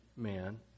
Man